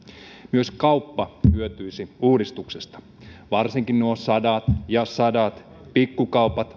myös kauppa hyötyisi uudistuksesta varsinkin maaseudulla nuo sadat ja sadat pikkukaupat